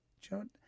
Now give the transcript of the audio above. John